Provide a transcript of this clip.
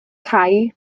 cau